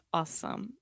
awesome